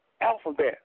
alphabet